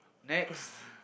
next